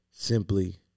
Simply